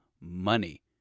money